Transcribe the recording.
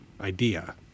idea